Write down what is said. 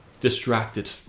distracted